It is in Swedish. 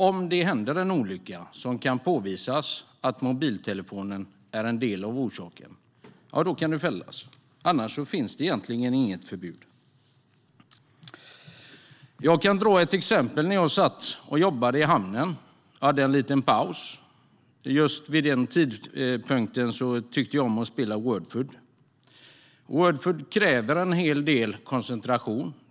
Om det händer en olycka där man kan påvisa att mobiltelefonen är en del av orsaken, ja, då kan föraren fällas. Annars finns det egentligen inget förbud. Jag ska ta upp ett exempel. När jag jobbade i hamnen hade jag en liten paus, och vid den tidpunkten tyckte jag om att spela wordfeud. Wordfeud kräver en hel del koncentration.